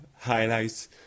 highlights